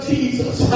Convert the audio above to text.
Jesus